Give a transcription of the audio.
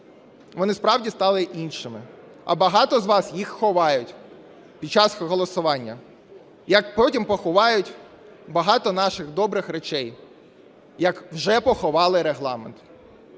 Вони справді стали іншими, а багато з вас їх ховають під час голосування. Як потім поховають багато наших добрих речей, як вже поховали Регламент.